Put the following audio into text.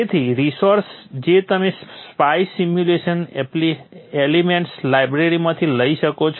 તેથી રીસોર્સ જે તમે સ્પાઇસ સિમ્યુલેશન એલિમેન્ટ્સ લાઇબ્રેરીમાંથી લઈ શકો છો